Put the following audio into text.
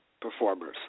performers